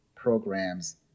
programs